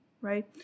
right